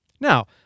Now